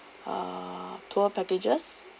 uh tour packages